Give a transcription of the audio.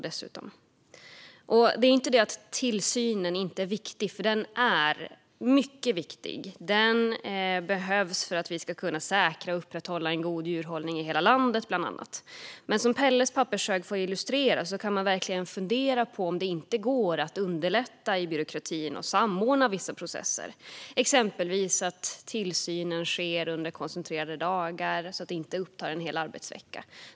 Det handlar inte om att tillsynen inte är viktig. Den är mycket viktig. Den behövs bland annat för att vi ska kunna säkra och upprätthålla god djurhållning i hela landet. Men som Pelles pappershög får illustrera kan man verkligen fundera över om det inte går att underlätta i byråkratin och samordna vissa processer. Exempelvis skulle tillsynen kunna ske under koncentrerade dagar, så att det inte upptar en hel arbetsvecka.